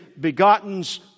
begotten's